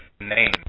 name